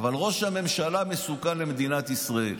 אבל ראש הממשלה מסוכן למדינת ישראל.